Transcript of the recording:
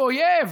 אויב,